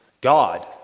God